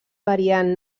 periant